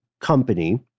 company